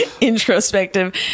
introspective